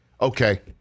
Okay